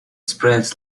spreads